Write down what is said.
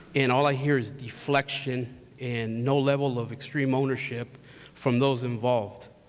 and all i hear is deflection and no level of extreme ownership from those involved.